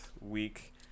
week